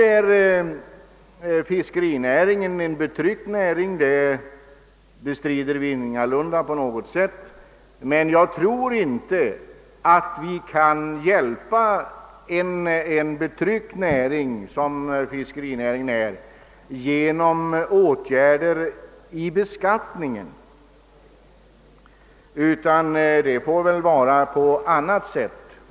Vi bestrider ingalunda att fiskerinäringen för närvarande är betryckt, men jag tror inte att man hjälper en betryckt näring genom att vidta åtgärder i fråga om beskattningen, utan det måste ske på annat sätt.